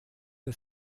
der